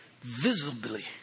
visibly